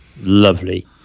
lovely